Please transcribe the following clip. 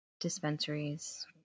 dispensaries